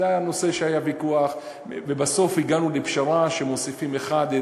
זה היה נושא שהיה בו ויכוח ובסוף הגענו לפשרה שמוסיפים אחד,